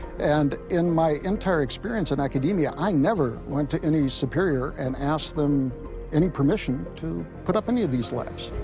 and in my entire experience in academia i never went to any superior and asked them any permission to put up any of these labs.